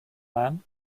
man